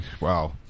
Wow